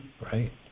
right